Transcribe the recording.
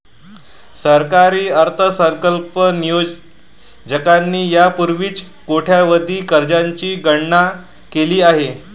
सरकारी अर्थसंकल्प नियोजकांनी यापूर्वीच कोट्यवधी कर्जांची गणना केली आहे